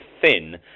thin